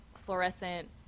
fluorescent